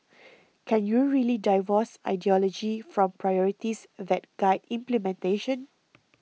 can you really divorce ideology from priorities that guide implementation